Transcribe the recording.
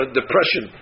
depression